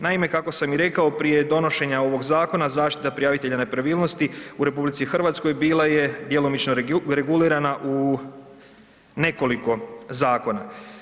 Naime, kako sam i rekao, prije donošenja ovog zakona zaštita prijavitelja nepravilnosti u RH bila je djelomično regulirana u nekoliko zakona.